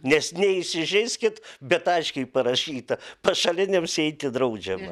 nes neįsižeiskit bet aiškiai parašyta pašaliniams įeiti draudžiama